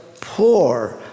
poor